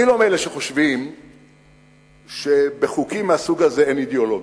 אני לא מאלה שחושבים שבחוקים מהסוג הזה אין אידיאולוגיות.